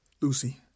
Lucy